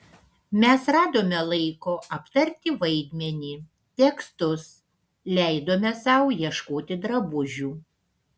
mes radome laiko aptarti vaidmenį tekstus leidome sau ieškoti drabužių